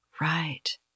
Right